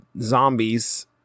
zombies